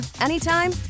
anytime